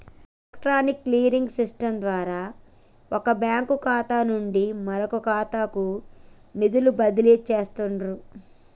electronic clearing system ద్వారా వొక bank ఖాతా నుండి మరొకఖాతాకు నిధులను బదిలీ చేస్తండ్రు